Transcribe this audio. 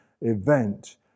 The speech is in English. event